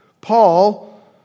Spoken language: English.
Paul